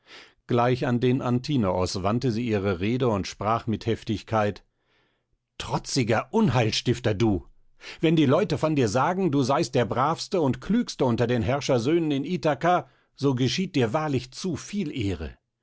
gleich an den antinoos wandte sie ihre rede und sprach mit heftigkeit trotziger unheilstifter du wenn die leute von dir sagen du seist der bravste und klügste unter den herrschersöhnen in ithaka so geschieht dir wahrlich zu viel ehre